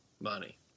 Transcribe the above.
money